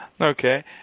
Okay